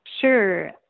Sure